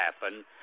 happen